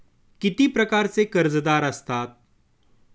किती प्रकारचे कर्जदार असतात